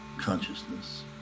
consciousness